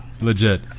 Legit